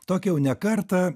tokį jau ne kartą